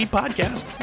podcast